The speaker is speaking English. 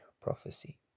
prophecy